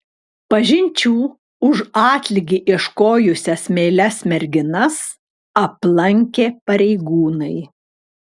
pažinčių už atlygį ieškojusias meilias merginas aplankė pareigūnai